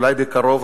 אולי בקרוב,